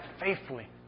faithfully